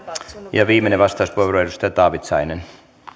viimeinen vastauspuheenvuoro edustaja taavitsainen